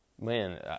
man